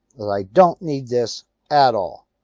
i don't need this at all.